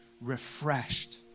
refreshed